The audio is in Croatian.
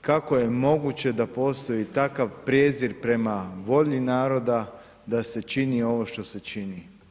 kako je moguće da postoji takav prijezir prema volji naroda da se čini ono što se čini.